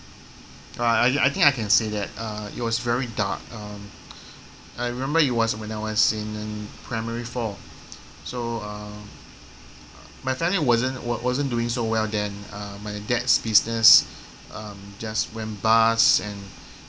uh I I I think I can say that uh it was very dark uh I remember it was when I was in in primary four so uh my family wasn't wasn't doing so well then uh my dad's business um just went bust and